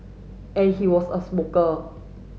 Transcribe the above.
and he was a smoker